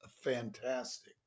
fantastic